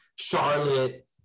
Charlotte